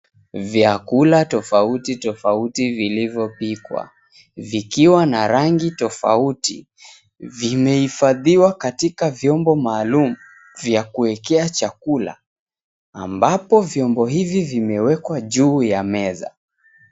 Vyakula tofauti tofauti vilivyopikwa, vikiwa na rangi 𝑡𝑜𝑓𝑎𝑢𝑡𝑖, vimehifadhiwa katika vyombo maalum vya kuwekea 𝑐ℎ𝑎𝑘𝑢𝑙𝑎, ambapo vyombo hivi vimewekwa juu ya meza.